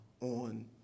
on